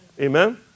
Amen